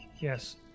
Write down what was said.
Yes